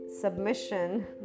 submission